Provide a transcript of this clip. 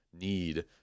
need